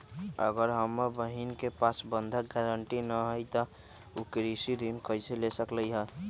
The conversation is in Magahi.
अगर हमर बहिन के पास बंधक गरान्टी न हई त उ कृषि ऋण कईसे ले सकलई ह?